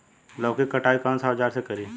लौकी के कटाई कौन सा औजार से करी?